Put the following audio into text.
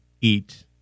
eat